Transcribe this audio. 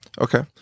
Okay